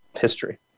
history